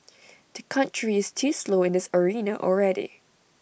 the country is too slow in this arena already